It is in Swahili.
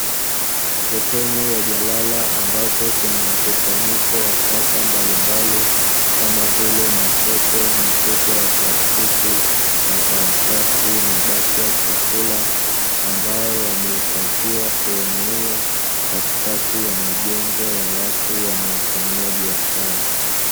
Sehemu ya jalala ambapo kuna mkusanyiko wa taka mbalimbali kama vile; makopo, mifuko ya plastiki, makaratasi, mabaki ya chakula. Ambayo yamehifadhiwa sehemu hiyo katikati ya majengo ya watu, wanayofanyia biashara.